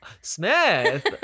Smith